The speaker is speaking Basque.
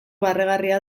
barregarria